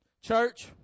Church